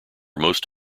most